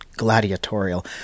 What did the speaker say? gladiatorial